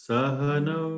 Sahana